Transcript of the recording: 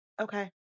okay